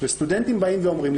וסטודנטים באים ואומרים לי,